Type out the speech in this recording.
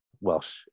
Welsh